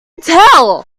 tell